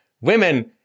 Women